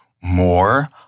more